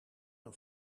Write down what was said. een